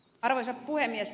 arvoisa puhemies